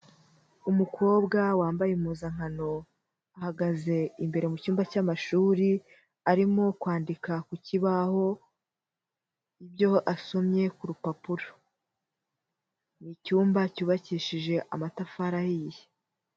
Umukobwa wambaye impuzankano, ahagaze imbere mu cyumba cy'amashuri, arimo kwandika ku kibaho ibyo asomye ku rupapuro. Ni icyumba cyubakishije amatafari yihe.